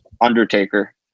Undertaker